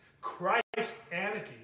Christ-anity